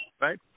Right